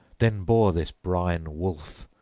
then bore this brine-wolf,